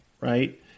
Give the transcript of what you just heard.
right